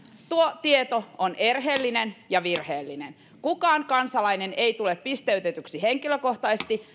tuo tieto on erheellinen ja virheellinen kukaan kansalainen ei tule pisteytetyksi henkilökohtaisesti